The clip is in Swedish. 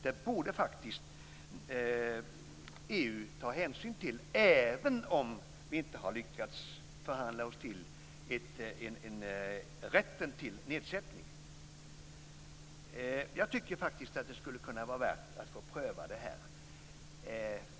Det borde faktiskt EU ta hänsyn till, även om vi inte har lyckats förhandla oss till rätten till nedsättning. Jag tycker faktiskt att det skulle kunna vara värt att pröva detta.